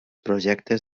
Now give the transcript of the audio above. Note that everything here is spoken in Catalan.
projectes